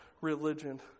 religion